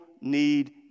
need